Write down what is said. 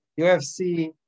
UFC